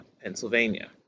Pennsylvania